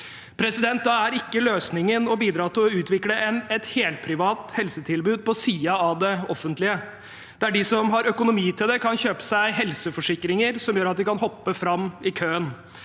tjenestene. Da er ikke løsningen å bidra til å utvikle et helprivat helsetilbud på siden av det offentlige der de som har økonomi til det, kan kjøpe seg helseforsikringer som gjør at de kan hoppe fram i køen.